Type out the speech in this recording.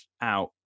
out